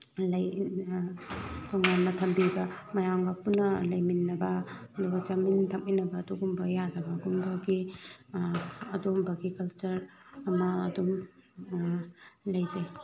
ꯂꯩ ꯇꯣꯉꯥꯟꯅ ꯊꯝꯕꯤꯕ ꯃꯌꯥꯝꯒ ꯄꯨꯟꯅ ꯂꯩꯃꯤꯟꯅꯕ ꯑꯗꯨꯒ ꯆꯥꯃꯤꯟ ꯊꯛꯃꯤꯟꯅꯕ ꯑꯗꯨꯒꯨꯝꯕ ꯌꯥꯗꯕꯒꯨꯝꯕꯒꯤ ꯑꯗꯨꯝꯕꯒꯤ ꯀꯜꯆꯔ ꯑꯃ ꯑꯗꯨꯝ ꯂꯩꯖꯩ